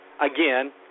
again